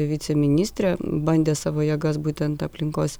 viceministre bandė savo jėgas būtent aplinkos